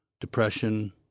depression